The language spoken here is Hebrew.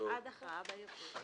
הסיבה לכך נובעת מחוק ההתיישבות.